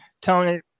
Tony